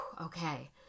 okay